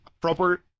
proper